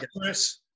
Chris